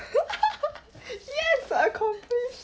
yes accomplish